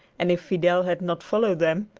and if fidel had not followed them,